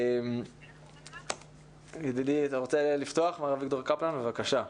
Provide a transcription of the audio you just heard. מר אביגדור קפלן בבקשה.